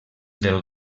del